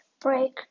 break